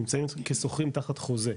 נמצאים כשוכרים תחת חוזה,